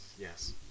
Yes